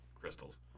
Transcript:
crystals